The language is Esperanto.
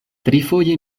trifoje